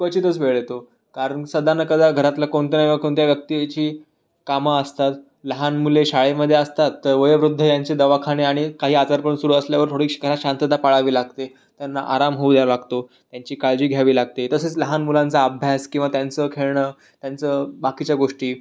क्वचितच वेळ येतो कारण सदानकदा घरातलं कोणत्या न कोणत्या व्यक्तीची कामं असतात लहान मुले शाळेमध्ये असतात तर वयोवृद्ध यांचे दवाखाने आणि काही आजारपण सुरू असल्यावर थोडीशी घरात शांतता पाळावी लागते त्यांना आराम होऊ द्यावा लागतो त्यांची काळजी घ्यावी लागते तसेच लहान मुलांचा अभ्यास किंवा त्यांचं खेळणं त्यांचं बाकीच्या गोष्टी